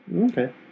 okay